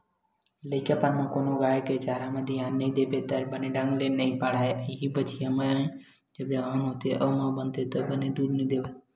लइकापन म कोनो गाय के चारा म धियान नइ देबे त बने ढंग ले नइ बाड़हय, इहीं बछिया जब जवान होथे अउ माँ बनथे त बने दूद नइ देवय